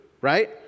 right